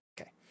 Okay